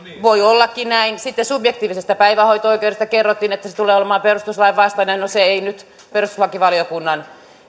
voi ollakin näin sitten subjektiivisesta päivähoito oikeudesta kerrottiin että se se tulee olemaan perustuslain vastainen no se ei nyt perustuslakivaliokunnan